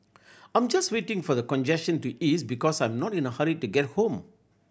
I'm just waiting for the congestion to ease because I'm not in a hurry to get home